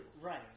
right